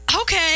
Okay